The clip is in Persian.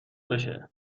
بشه